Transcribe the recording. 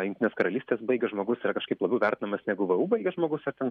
jungtinės karalystės baigęs žmogus yra kažkaip labiau vertinamas negu vu baigęs žmogus ar ten